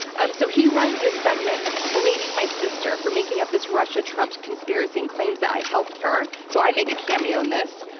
um so he runs this segment blaming my sister for making up this russia-trump conspiracy, and claims that i helped her, so i make a cameo in this.